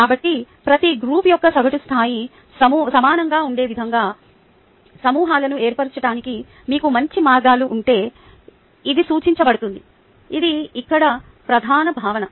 కాబట్టి ప్రతి గ్రూప్ యొక్క సగటు స్థాయి సమానంగా ఉండే విధంగా సమూహాలను ఏర్పరచటానికి మీకు మంచి మార్గాలు ఉంటే ఇది సూచించబడుతుంది ఇది ఇక్కడ ప్రధాన భావన